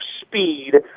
speed